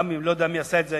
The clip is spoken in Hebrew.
לא יודע מי עשה את זה.